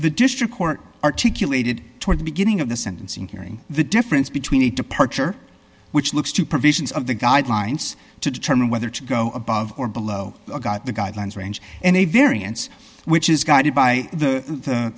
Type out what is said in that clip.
the district court articulated toward the beginning of the sentencing hearing the difference between a departure which looks to provisions of the guidelines to determine whether to go above or below god the guidelines range and a variance which is guided by the